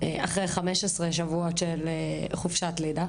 אחרי 15 שבועות של חופשת לידה,